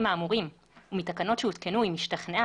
האמורים ומתקנות שהותקנו אם השתכנעה,